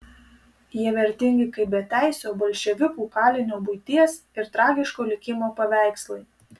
jie vertingi kaip beteisio bolševikų kalinio buities ir tragiško likimo paveikslai